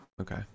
Okay